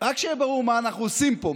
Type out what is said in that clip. רק שיהיה ברור מה אנחנו עושים פה,